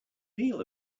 neal